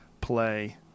play